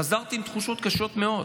וחזרתי עם תחושות קשות מאוד,